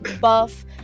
buff